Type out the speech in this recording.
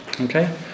okay